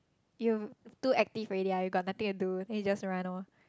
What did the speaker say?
you too active already lah you got nothing to do then you just run loh